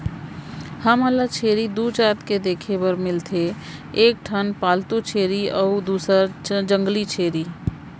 हमन ल छेरी दू जात के देखे बर मिलथे एक ठन पालतू छेरी अउ दूसर जंगली छेरी